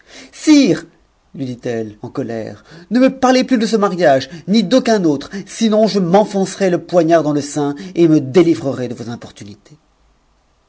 lui dit-elle en colère ne me parlez plus de ce mariage ni d'aucun autre sinon je m'enfoncerai le poignard dans le seiu et me délivrerai de vos importunités